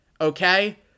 Okay